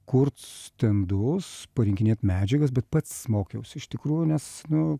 kurt stendus parinkinėt medžiagas bet pats mokiaus iš tikrųjų nes nu